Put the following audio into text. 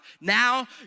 Now